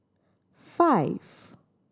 five